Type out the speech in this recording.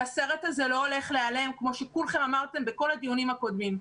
והסרט הזה לא הולך להיעלם כמו שכולכם אמרתם בכל הדיונים הקודמים.